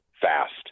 fast